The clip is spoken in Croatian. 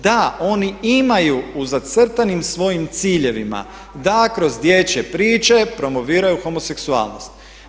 Da, oni imaju u zacrtanim svojim ciljevima da kroz dječje priče promoviraju homoseksualnost.